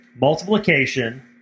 multiplication